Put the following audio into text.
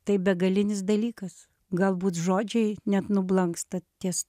tai begalinis dalykas galbūt žodžiai net nublanksta ties